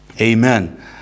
Amen